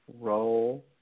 Roll